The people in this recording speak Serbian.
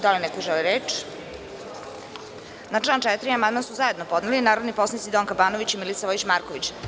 Da li neko želi reč? (Ne.) Na član 4. amandman su zajedno podnele narodni poslanici Donka Banović i Milica Vojić Marković.